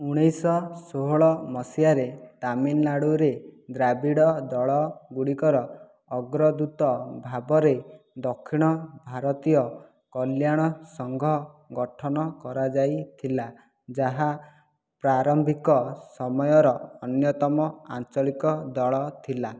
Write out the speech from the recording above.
ଉଣେଇଶ ଶହ ଷୋହଳ ମସିହାରେ ତାମିଲନାଡ଼ୁରେ ଦ୍ରାବିଡ଼ ଦଳ ଗୁଡ଼ିକର ଅଗ୍ରଦୂତ ଭାବରେ ଦକ୍ଷିଣ ଭାରତୀୟ କଲ୍ୟାଣ ସଙ୍ଘ ଗଠନ କରାଯାଇଥିଲା ଯାହା ପ୍ରାରମ୍ଭିକ ସମୟର ଅନ୍ୟତମ ଆଞ୍ଚଳିକ ଦଳ ଥିଲା